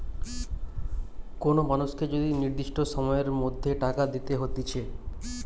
কোন মানুষকে যদি নির্দিষ্ট সময়ের মধ্যে টাকা দিতে হতিছে